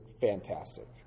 fantastic